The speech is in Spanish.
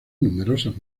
numerosas